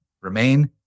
remain